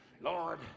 Lord